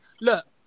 Look